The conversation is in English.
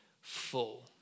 full